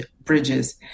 bridges